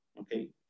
Okay